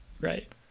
Right